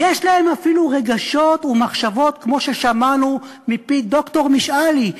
יש להם אפילו רגשות ומחשבות כמו ששמענו מפי ד"ר משאלי.